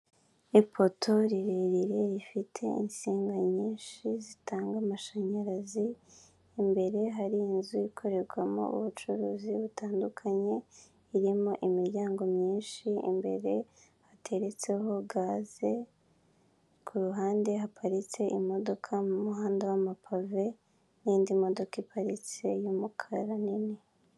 Ipoto rirerire rifite insinga nyinshi zitanga amashanyarazi imbere hari inzu ikorerwamo ubucuruzi butandukanye, irimo imiryango myinshi imbere hateretseho gaze, kuruhande haparitse imodoka mu muhanda w'amapave n'indi modoka iparitse y'umukara nini.